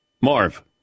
Marv